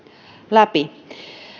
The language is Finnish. läpi